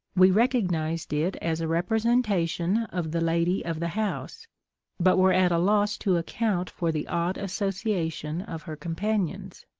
we recognised it as a representation of the lady of the house but were at a loss to account for the odd association of her companions.